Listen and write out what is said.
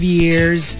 years